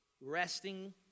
resting